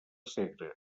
segre